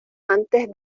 antes